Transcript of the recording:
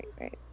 Right